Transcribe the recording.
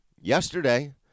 yesterday